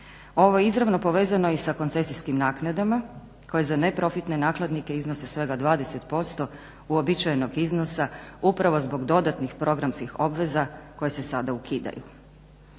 Ovo je izravno povezano i sa koncesijskim naknadama koje za neprofitne nakladnike iznose svega 20% uobičajenog iznosa upravo zbog dodatnih programskih obveza koje se sada ukidaju.